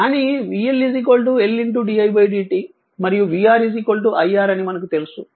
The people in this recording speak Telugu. కానీ vL L di dt మరియు v R I R అని మనకు తెలుసు